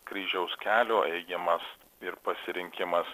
kryžiaus kelio ėjimas ir pasirinkimas